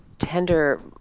Tender